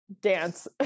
dance